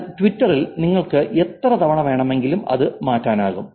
എന്നാൽ ട്വിറ്ററിൽ നിങ്ങൾക്ക് എത്ര തവണ വേണമെങ്കിലും അത് മാറ്റാനാകും